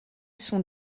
sont